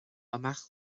amach